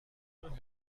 her